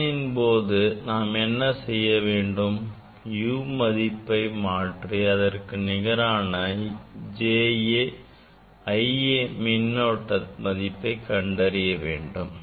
சோதனையின் போது நாம் என்ன செய்ய வேண்டும் U1 மதிப்பை மாற்றி அதற்கு நிகரான IA மின்னோட்ட மதிப்பை கண்டறிய வேண்டும்